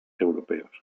europeos